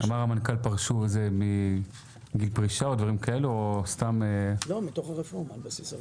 זאת פרישה או סתם --- זה על בסיס הרפורמה.